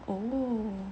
oh